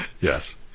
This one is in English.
Yes